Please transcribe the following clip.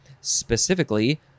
Specifically